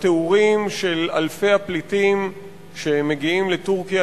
התיאורים של אלפי הפליטים שמגיעים לטורקיה